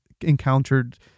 encountered